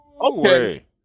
Okay